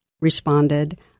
responded